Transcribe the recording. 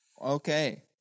Okay